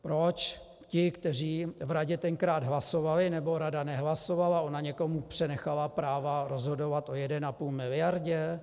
Proč ti, kteří v radě tenkrát hlasovali, nebo rada nehlasovala, ona někomu přenechala práva rozhodovat o 1,5 mld.?